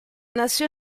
nació